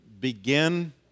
begin